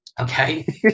Okay